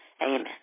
Amen